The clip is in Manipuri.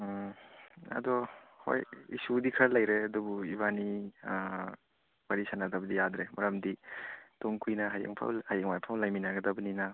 ꯎꯝ ꯑꯗꯣ ꯍꯣꯏ ꯏꯁꯨꯗꯤ ꯈꯔ ꯂꯩꯔꯦ ꯑꯗꯨꯕꯨ ꯏꯕꯥꯅꯤ ꯋꯥꯔꯤ ꯁꯥꯟꯅꯗꯕꯗꯤ ꯌꯥꯗ꯭ꯔꯦ ꯃꯔꯝꯗꯤ ꯇꯨꯡ ꯀꯨꯏꯅ ꯍꯌꯦꯡ ꯐꯥꯎ ꯍꯌꯦꯡ ꯋꯥꯏ ꯐꯥꯎ ꯂꯩꯃꯤꯟꯅꯒꯗꯕꯅꯤꯅ